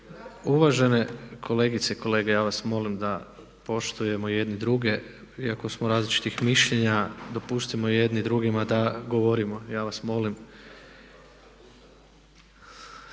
Uvažene kolegice i kolege, ja vas molim da poštujemo jedni druge. Iako smo različitih mišljenja dopustimo jedni drugima da govorimo. Ja vas molim!